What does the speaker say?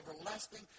everlasting